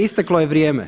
Isteklo je vrijeme.